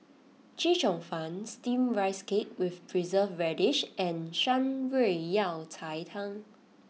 Chee Cheong Fun Steamed Rice Cake with Preserved Radish and Shan Rui Yao Cai Tang